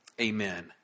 Amen